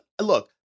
look